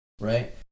right